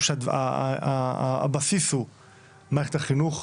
שהבסיס הוא מערכת החינוך.